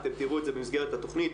אתם תראו את זה במסגרת התכנית.